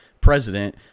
president